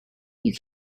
you